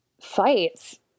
fights